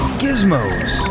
gizmos